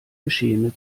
geschehene